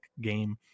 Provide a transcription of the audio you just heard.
game